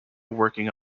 working